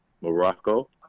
Morocco